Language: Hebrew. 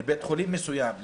לבית חולים מסוים,